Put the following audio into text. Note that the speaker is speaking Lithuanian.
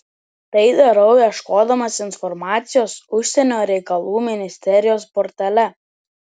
tai darau ieškodamas informacijos užsienio reikalų ministerijos portale